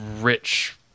rich